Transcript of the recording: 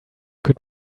could